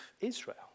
Israel